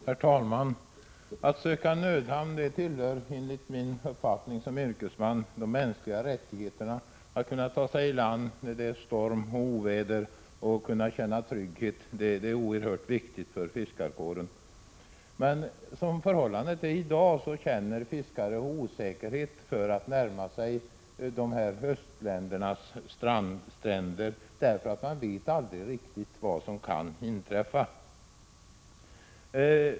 Herr talman! Att söka nödhamn anser jag som yrkesman tillhöra de mänskliga rättigheterna. Att kunna ta sig i land när det är storm och oväder och känna sig trygg är oerhört viktigt för fiskarkåren. Som förhållandena är i dag känner fiskare osäkerhet inför att närma sig östländernas stränder därför att man aldrig riktigt vet vad som kan inträffa.